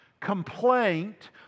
complaint